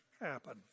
happen